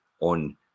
on